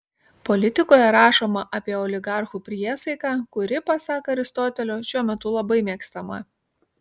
politikoje rašoma apie oligarchų priesaiką kuri pasak aristotelio šiuo metu labai mėgstama